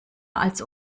als